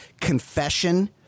confession